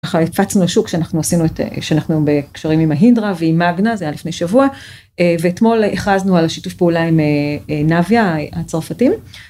אנחנו עשינו את זה שאנחנו בקשרים עם ההינדרה והיא מגנה זה היה לפני שבוע ואתמול הכרזנו על השיתוף פעולה עם נביה הצרפתים.